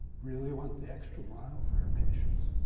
really went the extra mile for her patients.